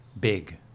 big